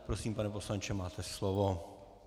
Prosím, pane poslanče, máte slovo.